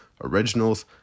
originals